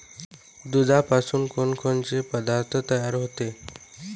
दुधापासून कोनकोनचे पदार्थ तयार होते?